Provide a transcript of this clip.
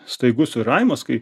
staigus svyravimas kai